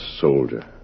soldier